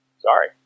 Sorry